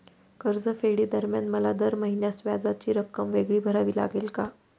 कर्जफेडीदरम्यान मला दर महिन्यास व्याजाची रक्कम वेगळी भरावी लागेल का?